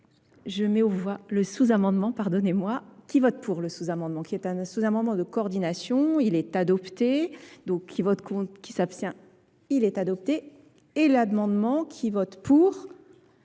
je mets aux voix le sous amendement pardonnez moi qui vote pour le sous amendement qui est un sous amendement de coordination il est adopté donc qui vote qui s'abstient il est adopté et l'amendement qui vote pour.